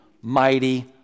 mighty